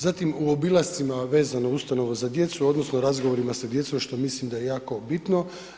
Zatim u obilascima vezano ustanove za djecu, odnosno razgovorima sa djecom što mislim da je jako bitno.